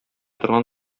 торган